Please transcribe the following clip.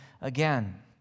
again